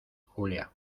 julia